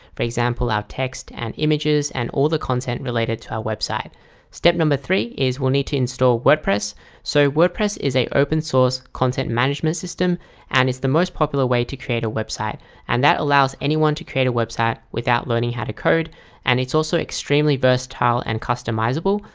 for example our text and images and all the content related to our website step number three is we'll need to install wordpress so wordpress is a open source content management system and it's the most popular way to create a website and that allows anyone to create a website without learning how to code and it's also extremely versatile and customizable.